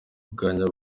kunganya